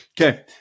okay